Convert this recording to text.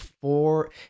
four